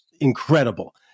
incredible